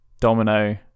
domino